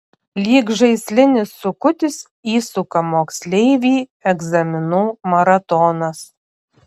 lyg žaislinis sukutis įsuka moksleivį egzaminų maratonas